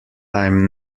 i’m